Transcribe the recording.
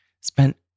spent